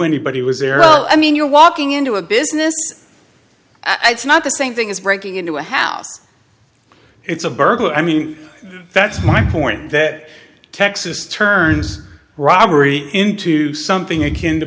anybody was there all i mean you're walking into a business i've not the same thing as breaking into a house it's a burglar i mean that's my point that texas turns robbery into something akin to